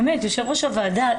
יו"ר הוועדה,